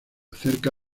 cerca